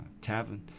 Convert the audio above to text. tavern